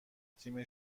تیم